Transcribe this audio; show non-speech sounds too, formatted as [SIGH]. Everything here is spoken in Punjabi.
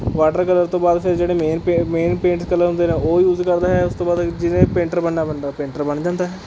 ਵਾਟਰਕਲਰ ਤੋਂ ਬਾਅਦ ਫਿਰ ਜਿਹੜੇ ਮੇਨ [UNINTELLIGIBLE] ਮੇਨ ਪੇਂਟ ਕਲਰ ਹੁੰਦੇ ਨੇ ਉਹ ਯੂਜ਼ ਕਰਦਾ ਹੈ ਉਸ ਤੋਂ ਬਾਅਦ ਜਿਹਨੇ ਪੇਂਟਰ ਬਣਨਾ ਬੰਦਾ ਪੇਂਟਰ ਬਣ ਜਾਂਦਾ ਹੈ